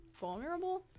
vulnerable